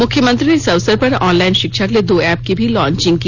मुख्यमंत्री ने इस अवसर पर ऑनलाइन शिक्षा के लिए दो एप की भी लांचिंग की